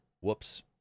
whoops